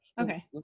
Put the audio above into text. Okay